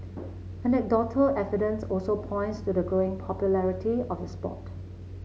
anecdotal evidence also points to the growing popularity of the sport